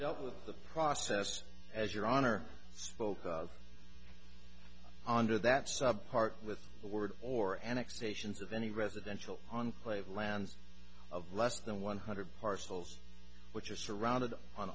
dealt with the process as your honor spoke of under that sub part with a word or annexations of any residential enclave lands of less than one hundred parcels which is surrounded on